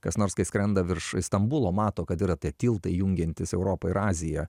kas nors kai skrenda virš stambulo mato kad yra tie tiltai jungiantys europą ir aziją